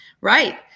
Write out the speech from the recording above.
Right